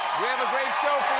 we have a great show